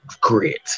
great